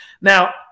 Now